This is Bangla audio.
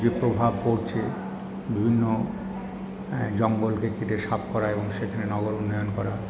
যে প্রভাব পড়ছে বিভিন্ন জঙ্গলকে ঘিরে সাফ করা এবং সেখানে নগরোন্নয়ন করা